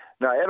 Now